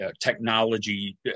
technology